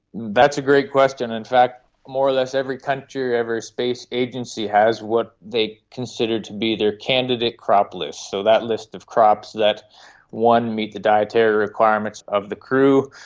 that's a great question. in fact more or less every country or every space agency has what they consider to be their candidate crop list, so that list of crops that meet the dietary requirements of the crew,